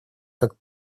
как